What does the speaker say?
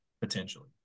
potentially